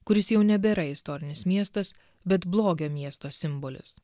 kuris jau nebėra istorinis miestas bet blogio miesto simbolis